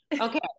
Okay